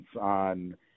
on